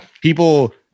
people